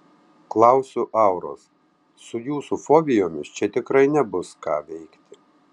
klausiu auros su jūsų fobijomis čia tikrai nebus ką veikti